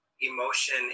emotion